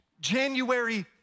January